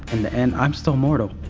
in the end i'm still mortal.